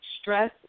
stress